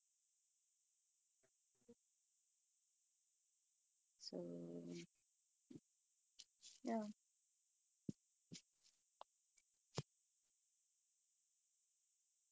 ya தெரியும்:theriyum